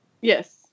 Yes